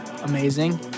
amazing